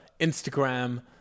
Instagram